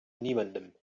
niemandem